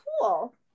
cool